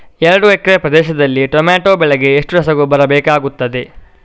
ಎರಡು ಎಕರೆ ಪ್ರದೇಶದಲ್ಲಿ ಟೊಮ್ಯಾಟೊ ಬೆಳೆಗೆ ಎಷ್ಟು ರಸಗೊಬ್ಬರ ಬೇಕಾಗುತ್ತದೆ?